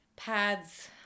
Pads